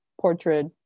portrait